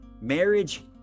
Marriage